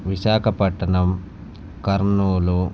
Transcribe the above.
Visakhapatnam Kurnool